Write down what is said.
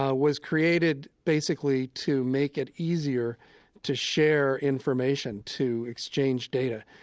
ah was created basically to make it easier to share information, to exchange data.